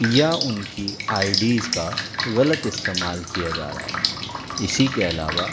یا ان کی آئی ڈیز کا غلط استعمال کیا جا رہا ہے اسی کے علاوہ